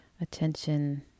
attention